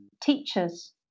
teachers